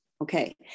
Okay